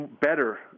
better